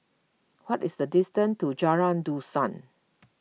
what is the distance to Jalan Dusun